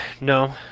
No